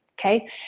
Okay